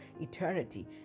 eternity